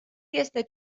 este